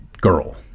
girl